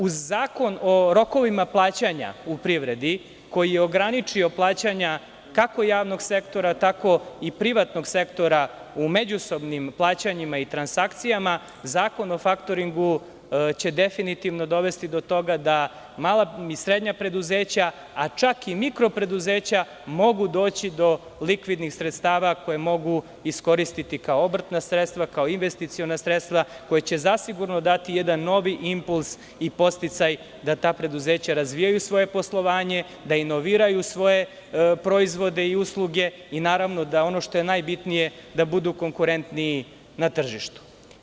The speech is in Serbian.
Uz Zakon o rokovima plaćanja u privredi, koji je ograničio plaćanja, kako javnog sektora, tako i privatnog sektora u međusobnim plaćanjima i transakcijama, Zakon o faktoringu će definitivno dovesti do toga da mala i srednja preduzeća, a čak i mikro preduzeća, mogu doći do likvidnih sredstava koja mogu iskoristiti kao obrtna sredstva, kao investiciona sredstva, koja će zasigurno dati jedan novi impuls i podsticaj da ta preduzeća razvijaju svoje poslovanje, da inoviraju svoje proizvode i usluge i, naravno, ono što je najbitnije, da budu konkurentni na tržištu.